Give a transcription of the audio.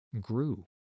grew